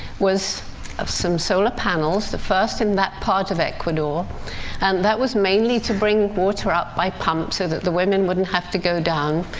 was some solar panels the first in that part of ecuador and that was mainly to bring water up by pump so that the women wouldn't have to go down.